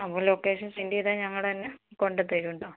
അപ്പോൾ location send ചെയ്താൽ ഞങ്ങൾ തന്നെ കൊണ്ട് തരൂട്ടോ